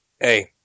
hey